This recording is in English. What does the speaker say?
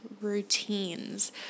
routines